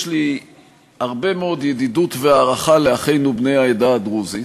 יש לי הרבה מאוד ידידות והערכה לאחינו בני העדה הדרוזית,